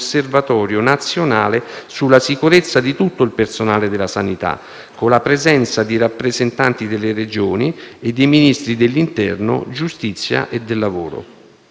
osservatorio nazionale sulla sicurezza di tutto il personale della sanità, con la presenza di rappresentanti delle Regioni e dei Ministri dell'interno, della giustizia e del lavoro.